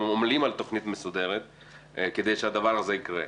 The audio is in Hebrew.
עמלים על תוכנית מסודרת כדי שהדבר הזה יקרה?